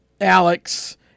Alex